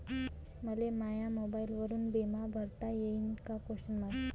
मले माया मोबाईलवरून बिमा भरता येईन का?